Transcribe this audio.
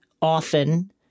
often